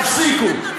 תפסיקו.